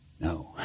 No